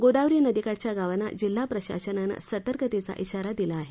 गोदावरी नदीकाठच्या गावांना जिल्हा प्रशासनानं सतर्कतेचा िोारा दिला आहे